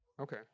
Okay